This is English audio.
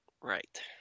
Right